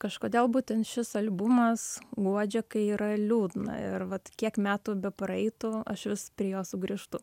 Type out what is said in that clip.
kažkodėl būtent šis albumas guodžia kai yra liūdna ir vat kiek metų bepraeitų aš vis prie jo sugrįžtu